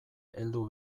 heldu